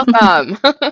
welcome